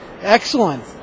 Excellent